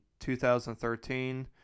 2013